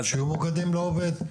שום מוקד לא עובד?